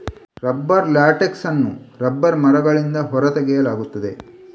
rubber latex ಅನ್ನು rubber ಮರಗಳಿಂದ ಹೊರ ತೆಗೆಯಲಾಗುತ್ತದೆ